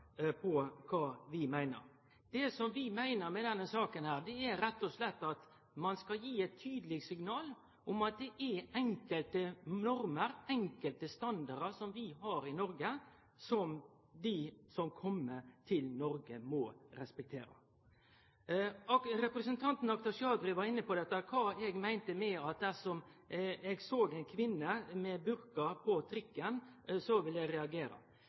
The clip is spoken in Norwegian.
på kva vi meiner. Det vi meiner med denne saka, er rett og slett at ein skal gi eit tydeleg signal om at det er enkelte normer, enkelte standardar som vi har i Noreg, som dei som kjem til Noreg, må respektere. Representanten Akhtar Chaudhry var inne på kva eg meinte med at dersom eg såg ei kvinne med burka på trikken, så ville eg